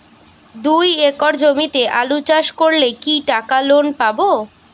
দুই একর জমিতে আলু চাষ করলে কি টাকা লোন পাবো?